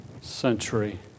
century